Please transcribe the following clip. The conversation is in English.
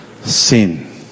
sin